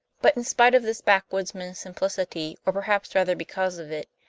but in spite of this backwoodsman's simplicity, or perhaps rather because of it,